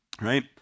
Right